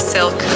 Silk